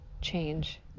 change